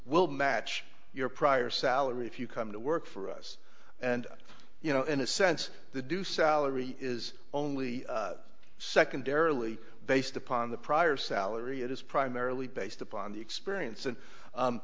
will match your prior salary if you come to work for us and you know in a sense the due salary is only secondarily based upon the prior salary it is primarily based upon the experience and